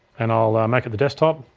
and i'll make it the desktop,